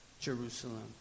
Jerusalem